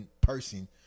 person